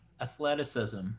athleticism